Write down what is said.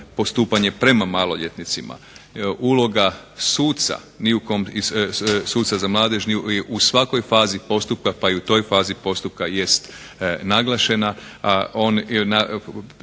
postupanje prema maloljetnicima. Uloga suca za mladež u svakoj fazi postupka pa i u toj fazi postupka jest naglašena,a